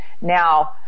Now